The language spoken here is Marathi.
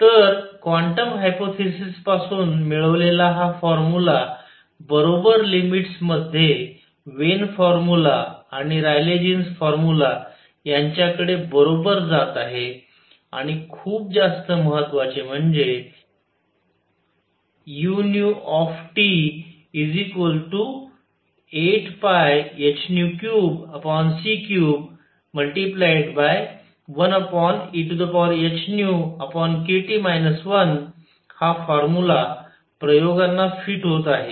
तर क्वान्टम हायपोथेसिस पासून मिळवलेला हा फॉर्मुला बरोबर लिमिट्स मध्ये वेन फॉर्मुला आणि रायले जीन्स फॉर्मुला यांच्याकडे बरोबर जात आहे आणि खूप जास्त महत्वाचे म्हणजे u 8πh3c31 ehνkT 1 हा फॉर्मुला प्रयोगांना फिट होत आहे